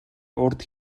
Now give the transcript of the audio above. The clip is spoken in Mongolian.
урд